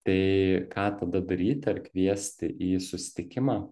tai ką tada daryti ar kviesti į susitikimą